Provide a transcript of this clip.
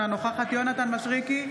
אינה נוכחת יונתן מישרקי,